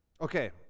Okay